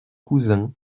cousin